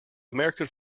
american